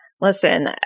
listen